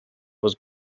was